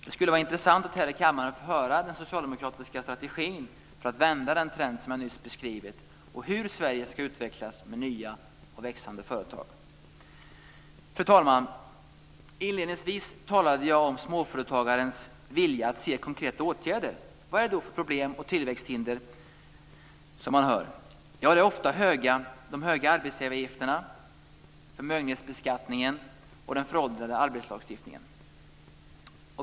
Det skulle vara intressant att här i kammaren få höra den socialdemokratiska strategin för att vända den trend som jag nyss beskrivit och hur Sverige ska utvecklas med nya och växande företag. Fru talman! Inledningsvis talade jag om småföretagens vilja att se konkreta åtgärder. Vad är det då man ser som problem och tillväxthinder? Ja, ofta är det de höga arbetsgivaravgifterna, förmögenhetsbeskattningen och den föråldrade arbetslagstiftningen.